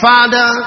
Father